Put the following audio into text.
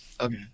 okay